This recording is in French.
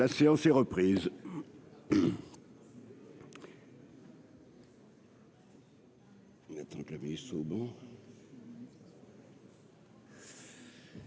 La séance est reprise.